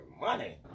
money